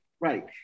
Right